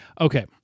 okay